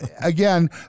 again